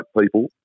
people